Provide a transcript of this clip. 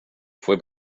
fue